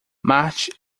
marte